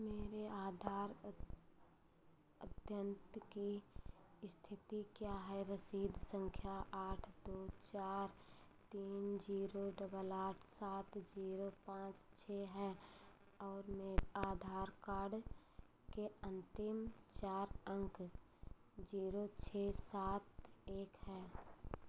मेरे आधार की स्थिति क्या है रसीद संख्या आठ दो चार तीन जीरो डबल आठ सात जीरो पाँच छः है और आधार कार्ड के अंतिम चार अंक जीरो छः सात एक है